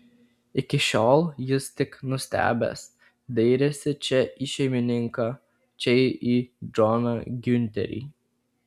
iki šiol jis tik nustebęs dairėsi čia į šeimininką čia į džoną giunterį